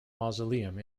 mausoleum